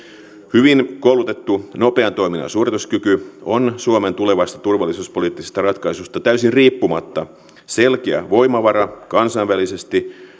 hyvin koulutettu nopean toiminnan suorituskyky on suomen tulevasta turvallisuuspoliittisesta ratkaisusta täysin riippumatta selkeä voimavara kansainvälisesti